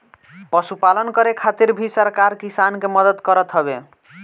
पशुपालन करे खातिर भी सरकार किसान के मदद करत हवे